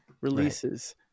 releases